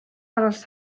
aros